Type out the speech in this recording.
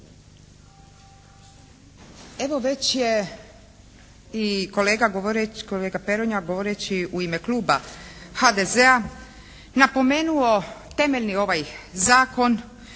Evo već je i kolega Peronja govoreći u ime kluba HDZ-a napomenuo temeljni ovaj zakon